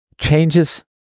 changes